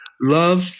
love